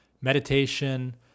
meditation